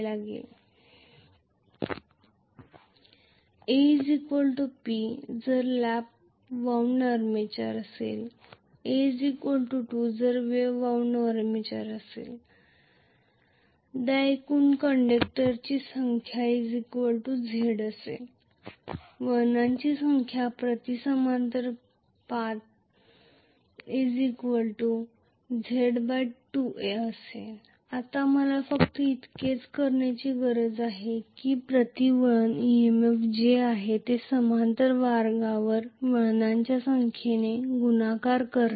a P जर lap wound armature a 2 जर wave wound armature समजा एकूण कंडक्टरची संख्या Z वळणांची संख्या प्रति समांतर पाथ Z 2a आता मला फक्त इतकेच करण्याची गरज आहे की प्रति वळण EMF जे आहे ते समांतर मार्गावर वळणांच्या संख्येने गुणाकार करणे